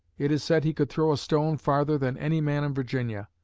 it is said he could throw a stone farther than any man in virginia.